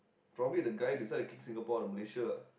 probably the guy decides to kick Singapore out of Malaysia